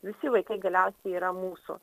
visi vaikai galiausiai yra mūsų